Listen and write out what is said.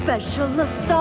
Specialist